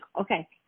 okay